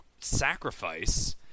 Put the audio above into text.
sacrifice-